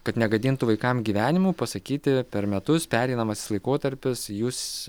kad negadintų vaikam gyvenimų pasakyti per metus pereinamasis laikotarpis jūs